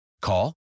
Call